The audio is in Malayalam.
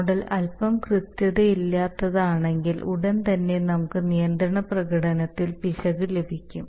മോഡൽ അൽപ്പം കൃത്യതയില്ലാത്തതാണെങ്കിൽ ഉടൻ തന്നെ നമുക്ക് നിയന്ത്രണ പ്രകടനത്തിൽ പിശക് ലഭിക്കും